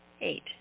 Eight